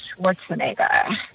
Schwarzenegger